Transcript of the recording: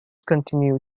continue